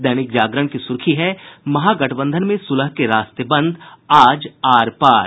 दैनिक जागरण की सुर्खी है महागठबंधन में सुलह के रास्ते बंद आज आर पार